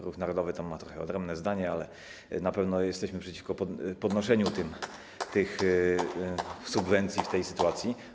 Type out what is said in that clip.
Ruch Narodowy ma trochę odrębne zdanie, ale na pewno jesteśmy przeciwko podnoszeniu tych subwencji w tej sytuacji.